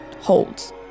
holds